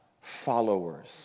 Followers